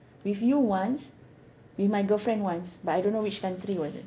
with you once with my girlfriend once but I don't know which country was it